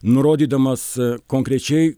nurodydamas konkrečiai